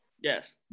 Yes